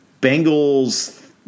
Bengals